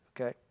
Okay